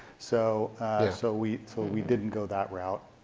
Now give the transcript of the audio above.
so so we so we didn't go that route.